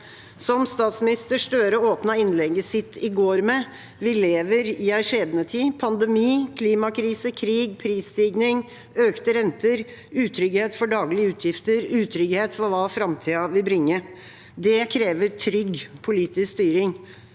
Som statsminister Støre åpnet innlegget sitt i går med: Vi lever i ei skjebnetid. Det er pandemi, klimakrise, krig, prisstigning, økte renter, utrygghet for daglige utgifter og utrygghet for hva framtida vil bringe. Det krever trygg politisk styring.